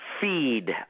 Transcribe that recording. feed